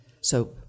So-